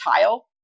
tile